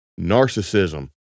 narcissism